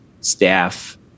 staff